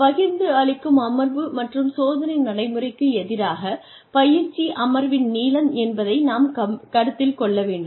பகிர்ந்து அளிக்கும் அமர்வு மற்றும் சோதனை நடைமுறைக்கு எதிராக பயிற்சி அமர்வின் நீளம் என்பதை நாம் கருத்தில் கொள்ள வேண்டும்